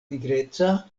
nigreca